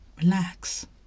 relax